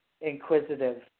inquisitive